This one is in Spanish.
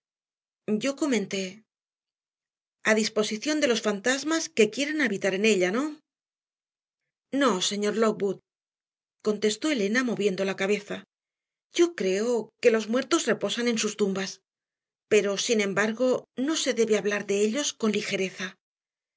yo comenté a disposición de los fantasmas que quieran habitar en ella no no señor lockwood contestó elena moviendo la cabeza yo creo que los muertos reposan en sus tumbas pero sin embargo no se debe hablar de ellos con ligereza